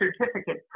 certificate